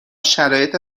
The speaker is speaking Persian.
شرایط